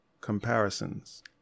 Comparisons